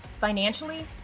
financially